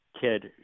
kid